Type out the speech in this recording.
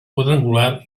quadrangular